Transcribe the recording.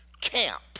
camp